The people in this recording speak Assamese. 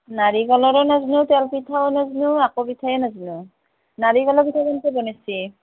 নাৰিকলৰো নাজানো তেল পিঠাও নাজানো একো পিঠায়ে নাজানো নাৰিকলৰ পিঠা কেনেকৈ বনাইছে